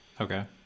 Okay